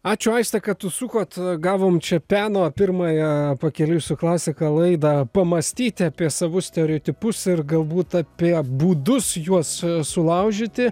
ačiū aiste kad užsukot gavom čia peno pirmąją pakeliui su klasika laidą pamąstyti apie savus stereotipus ir galbūt apie būdus juos sulaužyti